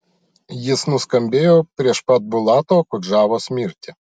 jis nuskambėjo prieš pat bulato okudžavos mirtį